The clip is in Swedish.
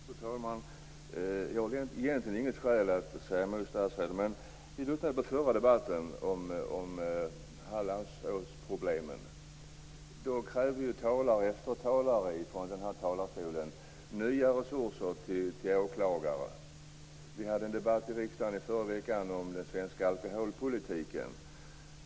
Fru talman! Jag har egentligen inget skäl att säga emot statsrådet. I den förra debatten, om Hallandsåsproblemen, krävde talare efter talare nya resurser till åklagare. Vi hade en debatt i riksdagen förra veckan om den svenska alkoholpolitiken.